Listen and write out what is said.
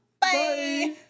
Bye